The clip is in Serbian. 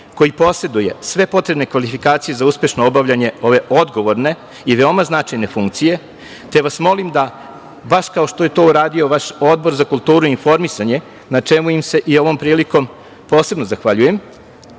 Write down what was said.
koji poseduje sve potrebne kvalifikacije za uspešno obavljanje ove odgovorne i veoma značajne funkcije, te vas molim da baš kao što je to uradio vaš Odbor za kulturu i informisanje, na čemu im se i ovom prilikom posebno zahvaljujem,